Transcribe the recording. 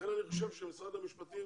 אני חשוב שמשרד המשפטים